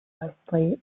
mostly